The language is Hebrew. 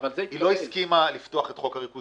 אבל זה --- היא לא הסכימה לפתוח את חוק הריכוזיות.